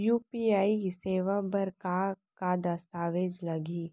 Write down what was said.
UPI सेवा बर का का दस्तावेज लागही?